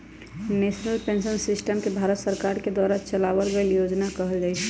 national pension system के भारत सरकार के द्वारा चलावल गइल योजना कहल जा हई